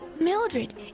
Mildred